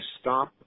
stop